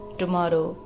tomorrow